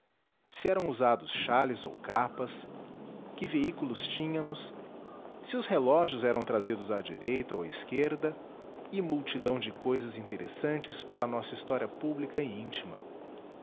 eram usados xales ou capas que veículos tínhamos se os relógios eram trazidos à direita ou à esquerda e multidão de cousas interessantes para a nossa história pública e íntima